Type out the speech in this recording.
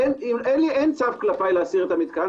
אין צו כלפיי להסיר את המתקן.